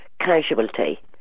Casualty